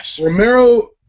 Romero